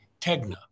Tegna